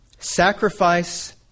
sacrifice